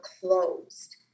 closed